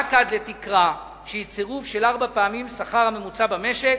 רק עד לתקרה שהיא צירוף של ארבע פעמים השכר הממוצע במשק